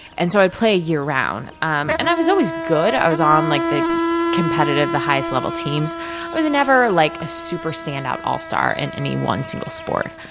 and so i played year round. um and, i was always good. i was on like the competitive, the highest level teams. i was never like a super stand-out all-star in any one single sport.